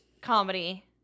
comedy